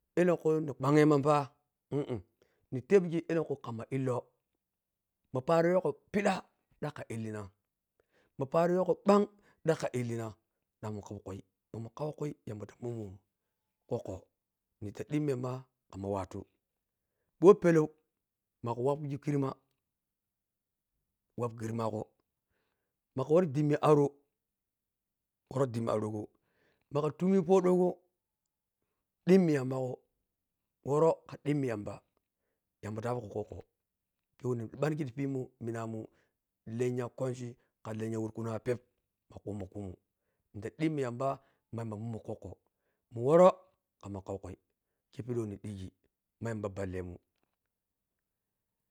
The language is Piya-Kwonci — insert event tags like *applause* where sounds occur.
Elenkhu ni kwanyheman ta *hesitation* ni tebgi lenkhu khamma illo ma paro yuwagho pidha dhakkha ellina ma paro yhigho ɓang dhakkha ellina shanmun khaukhuri mamun khau khui yamba ta mumun kwokwo ni ta shummema khamma watu we pelau makha wapgyhe khidhema wapkhidhrmagho makha warr dhimmi ato wat dhimmi arogho magha tumi podhogo dhimmi yamba go woro khandhimmin yamba yamba ta abghho kwokwo khe wa na bangi ti yinhi minamun lennyakwanchi kha lennya wur kunwa peep ma khummun khomu nidketa dhimmi yambama yambamumun kwokwo mu woro khamma khaukhui khepishi wah ni shigi ma yamba ballemun